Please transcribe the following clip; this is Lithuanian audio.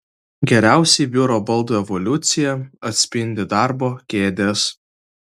geriausiai biuro baldų evoliuciją atspindi darbo kėdės